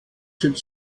sind